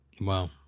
Wow